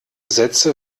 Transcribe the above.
sätze